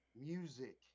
music